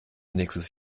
nächstes